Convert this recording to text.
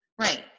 Right